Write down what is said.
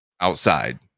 outside